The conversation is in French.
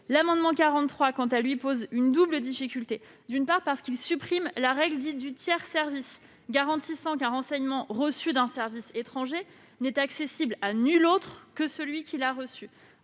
l'amendement n° 43, quant à elles, posent une double difficulté. D'une part, cet amendement vise à supprimer la règle dite « du tiers service », garantissant qu'un renseignement reçu d'un service étranger n'est accessible à nul autre qu'à celui qui l'a reçu.